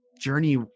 journey